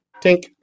Tink